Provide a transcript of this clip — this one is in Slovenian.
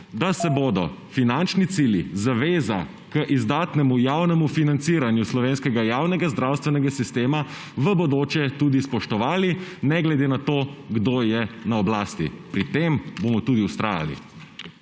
da se bodo finančni cilji, zaveza k izdatnemu javnemu financiranju slovenskega javnega zdravstvenega sistema v bodoče tudi spoštovali ne glede na to, kdo je na oblasti. Pri tem bomo tudi vztrajali.